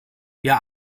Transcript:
wir